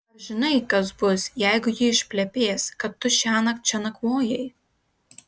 ar žinai kas bus jeigu ji išplepės kad tu šiąnakt čia nakvojai